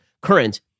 current